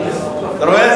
אתה רואה?